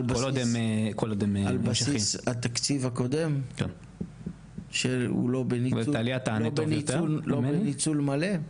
על בסיס התקציב הקודם שהוא לא בניצול מלא?